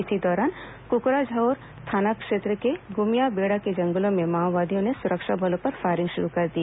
इसी दौरान कुकड़ाझोर थाना क्षेत्र के गुमियाबेड़ा के जंगलों में माओवादियों ने सुरक्षा बलों पर फायरिंग शुरू कर दी